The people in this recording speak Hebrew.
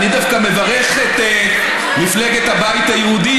אני דווקא מברך את מפלגת הבית היהודי,